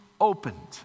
opened